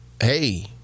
hey